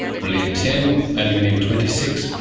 beryllium ten, aluminium twenty six,